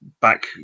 back